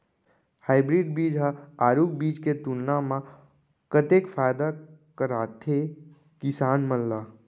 Hybrid बीज हा आरूग बीज के तुलना मा कतेक फायदा कराथे किसान मन ला?